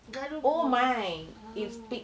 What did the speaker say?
gado grill ah